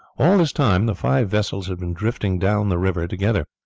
all this time the five vessels had been drifting down the river together.